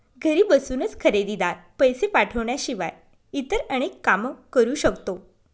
घरी बसूनच खरेदीदार, पैसे पाठवण्याशिवाय इतर अनेक काम करू शकतो